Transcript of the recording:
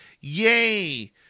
Yay